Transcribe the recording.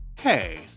Hey